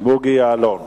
בוגי יעלון.